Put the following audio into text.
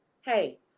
Hey